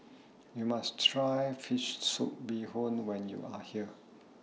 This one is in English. YOU must Try Fish Soup Bee Hoon when YOU Are here